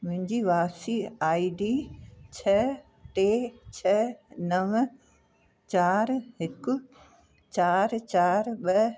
मुंहिंजी वापसी आईडी छह टे छह नव चारि हिकु चारि चारि ॿ